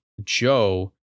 Joe